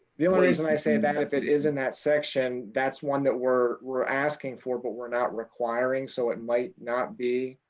the only reason i say and if it is in that section, that's one that we're we're asking for, but we're not requiring, so it might not be